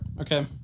Okay